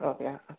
okay ആ ആ